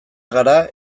gara